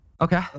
Okay